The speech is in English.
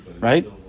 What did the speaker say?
right